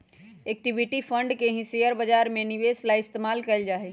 equity fund के ही share बाजार में निवेश ला इस्तेमाल कइल जाहई